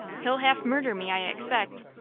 he'll half murder me, i expect.